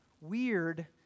Weird